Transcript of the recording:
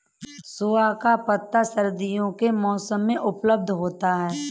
सोआ का पत्ता सर्दियों के मौसम में उपलब्ध होता है